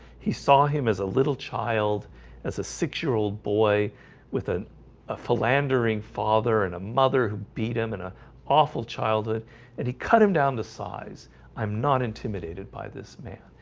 he saw him as a little child as a six-year-old boy with a a philandering father and a mother who beat him and awful childhood and he cut him down to size i'm not intimidated by this man.